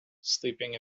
sleeping